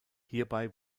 hierbei